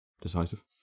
decisive